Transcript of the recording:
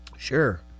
Sure